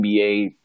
NBA